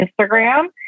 Instagram